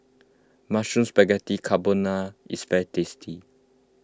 Mushroom Spaghetti Carbonara is very tasty